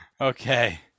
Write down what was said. Okay